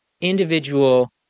individual